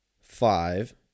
five